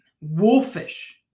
wolfish